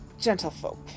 gentlefolk